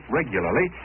regularly